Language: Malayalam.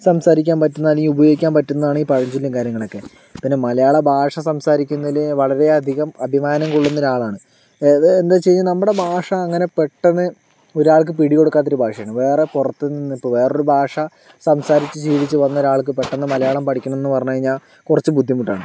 സംസാരിക്കാൻ പറ്റുന്ന അല്ലെങ്കിൽ ഉപയോഗിക്കാൻ പറ്റുന്നതാണീ പഴഞ്ചൊല്ലും കാര്യങ്ങളൊക്കെ പിന്നെ മലയാള ഭാഷ സംസാരിക്കുന്നതിൽ വളരെ അധികം അഭിമാനം കൊള്ളുന്ന ഒരാളാണ് അതായത് എന്താണെന്ന് വെച്ച് കഴിഞ്ഞാൽ നമ്മുടെ ഭാഷ അങ്ങനെ പെട്ടെന്ന് ഒരാൾക്ക് പിടി കൊടുക്കാത്തൊരു ഭാഷയാണ് വേറെ പുറത്തുനിന്ന് ഇപ്പോൾ വേറൊരു ഭാഷ സംസാരിച്ച് ശീലിച്ച് വന്നൊരാൾക്ക് പെട്ടെന്ന് മലയാളം പഠിക്കണം എന്ന് പറഞ്ഞു കഴിഞ്ഞാൽ കുറച്ച് ബുദ്ധിമുട്ടാണ്